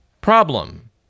problem